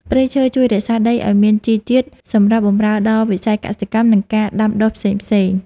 ព្រៃឈើជួយរក្សាដីឱ្យមានជីជាតិសម្រាប់បម្រើដល់វិស័យកសិកម្ម និងការដាំដុះផ្សេងៗ។